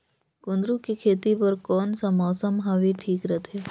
कुंदूरु के खेती बर कौन सा मौसम हवे ठीक रथे?